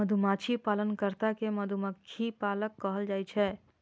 मधुमाछी पालन कर्ता कें मधुमक्खी पालक कहल जाइ छै